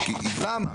למה?